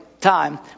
time